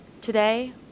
Today